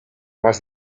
más